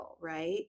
right